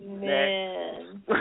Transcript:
man